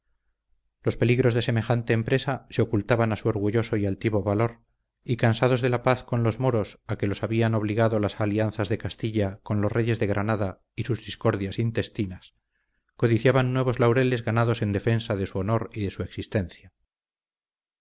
los peligros de semejante empresa se ocultaban a su orgulloso y altivo valor y cansados de la paz con los moros a que los habían obligado las alianzas de castilla con los reyes de granada y sus discordias intestinas codiciaban nuevos laureles ganados en defensa de su honor y de su existencia